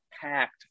packed